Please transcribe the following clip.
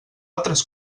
altres